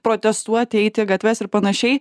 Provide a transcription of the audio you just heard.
protestuoti eiti į gatves ir panašiai